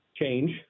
Change